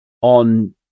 on